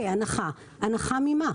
הנחה ממה?